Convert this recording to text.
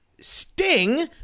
Sting